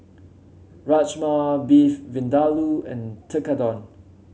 Rajma Beef Vindaloo and Tekkadon